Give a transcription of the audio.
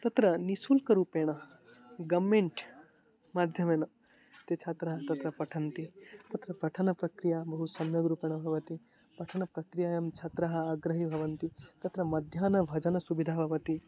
तत्र निश्शुल्करूपेण गम्मेण्ट् माध्यमेन ते छात्राः तत्र पठन्ति तत्र पठनप्रक्रिया बहु सम्यग्रूपेण भवति पठनप्रक्रियायां छात्राः अग्रे भवन्ति तत्र मध्याह्नभोजनसुविधा भवति